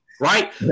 right